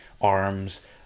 arms